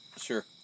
Sure